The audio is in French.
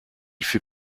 fut